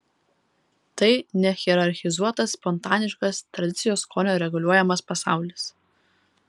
tai nehierarchizuotas spontaniškas tradicijos skonio reguliuojamas pasaulis